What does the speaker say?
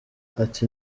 ati